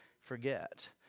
forget